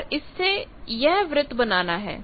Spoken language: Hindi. और इससे यह वृत्त बनाना है